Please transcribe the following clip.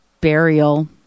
burial